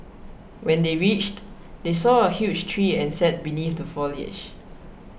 when they reached they saw a huge tree and sat beneath the foliage